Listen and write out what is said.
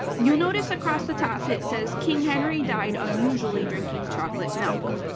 you'll notice across the top it says king henry died unusually drinking chocolate milk.